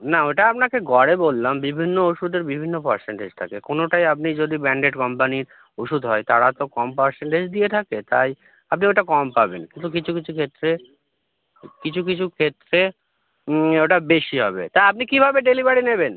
না ওটা আপনাকে গড়ে বললাম বিভিন্ন ওষুধের বিভিন্ন পারসেন্টেজ থাকে কোনোটায় আপনি যদি ব্র্যন্ডেড কোম্পানির ওষুধ হয় তারা তো কম পারসেন্টেজ দিয়ে থাকে তাই আপনি ওটা কম পাবেন কিন্তু কিছু কিছু ক্ষেত্রে কিছু কিছু ক্ষেত্রে ওটা বেশি হবে তা আপনি কীভাবে ডেলিভারি নেবেন